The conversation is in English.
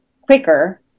quicker